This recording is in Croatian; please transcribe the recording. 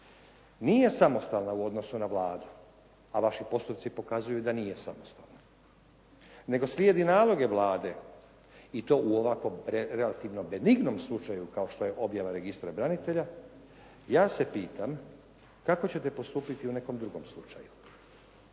nije samostalna u odnosu na Vladu, a vaši postupci pokazuju da nije samostalna nego slijedi naloge Vlade i to u ovakvom relativno benignom slučaju kao što je objava registra branitelja, ja se pitam kako ćete postupiti u nekom drugom slučaju.